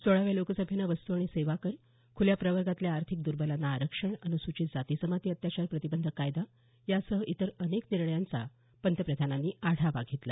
सोळाव्या लोकसभेनं घेतलेल्या वस्तू आणि सेवा कर खुल्या प्रवर्गातल्या आर्थिक दुर्बलांना आरक्षण अनुसूचित जाती जमाती अत्याचार प्रतिबंधक कायदा यासह इतर अनेक निर्णयांचा पंतप्रधानांनी आढावा घेतला